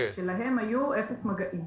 שלהם היו אפס מגעים.